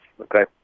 okay